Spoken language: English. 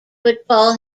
football